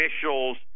officials